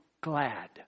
glad